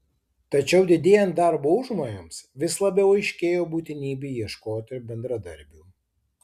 tačiau didėjant darbo užmojams vis labiau aiškėjo būtinybė ieškoti bendradarbių